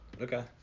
Okay